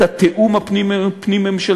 את התיאום הפנים-ממשלתי,